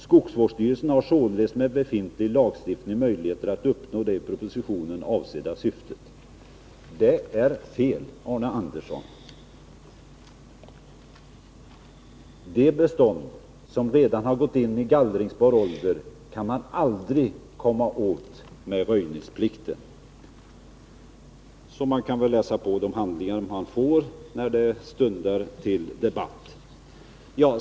Skogsvårdsstyrelsen har således med befintlig lagstiftning möjligheter att uppnå det i propositionen avsedda syftet.” Det är fel, Arne Andersson. Det bestånd som redan har gått in i gallringsbar ålder kan man aldrig komma åt med röjningsplikten. Man kan väl läsa de handlingar man får, när det stundar till debatt.